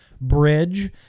Bridge